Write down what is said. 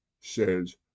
says